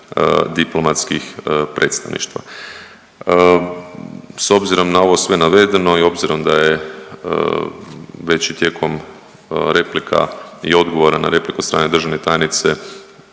diplomatskih predstavništva. S obzirom na ovo sve navedeno i obzirom da je već i tijekom replika i odgovora na repliku od strane državne tajnice